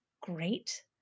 great